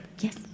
Yes